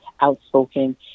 outspoken